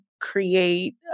create